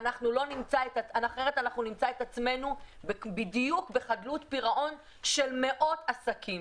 אנחנו נמצא את עצמנו בדיוק בחדלות פירעון של מאות עסקים.